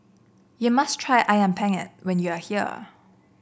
you must try ayam penyet when you are here